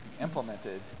implemented